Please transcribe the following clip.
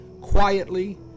quietly